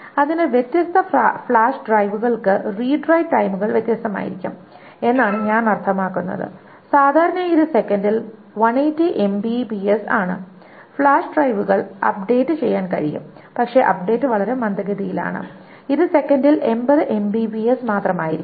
അതിനാൽ വ്യത്യസ്ത ഫ്ലാഷ് ഡ്രൈവുകൾക്ക് റീഡ് റൈറ്റ് ടൈമുകൾ വ്യത്യസ്തമായിരിക്കും എന്നാണ് ഞാൻ അർത്ഥമാക്കുന്നത് സാധാരണയായി ഇത് സെക്കൻഡിൽ 180 എംബി ആണ് ഫ്ലാഷ് ഡ്രൈവുകൾ അപ്ഡേറ്റ് ചെയ്യാൻ കഴിയും പക്ഷേ അപ്ഡേറ്റ് വളരെ മന്ദഗതിയിലാണ് ഇത് സെക്കൻഡിൽ 80 എംബി മാത്രമായിരിക്കും